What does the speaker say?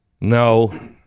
no